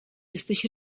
jesteś